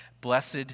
Blessed